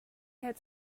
had